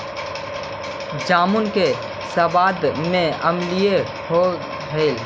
जामुन के सबाद में अम्लीयन होब हई